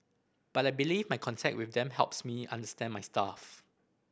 but I believe my contact with them helps me understand my staff